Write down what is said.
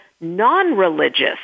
non-religious